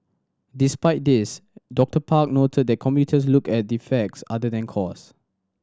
despite this Doctor Park noted that commuters look at the facts other than cost